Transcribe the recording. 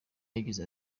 yagize